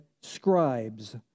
scribes